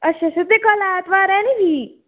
अच्छा अच्छा ते कल्ल ऐतवार ऐ निं फ्ही